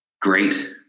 great